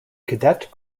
cadet